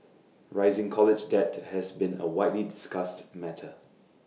rising college debt has been A widely discussed matter